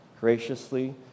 graciously